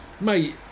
mate